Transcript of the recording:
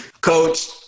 coach